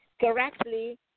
correctly